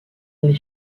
les